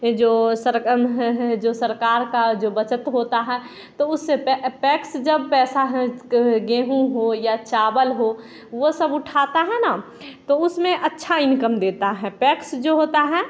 जो सरकर जो सरकार का जो बचत होता है तो उससे पे पैक्स जब पैसा हैं गेहूँ हो या चावल हो वो सब उठाता हैना तो उसमें अच्छा इनकम देता है पैक्स जो होता है